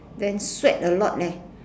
then sweat a lot leh